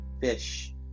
fish